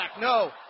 No